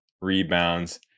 rebounds